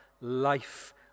life